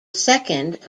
second